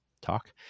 Talk